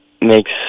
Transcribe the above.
makes